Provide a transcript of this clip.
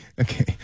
Okay